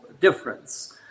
difference